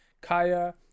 Kaya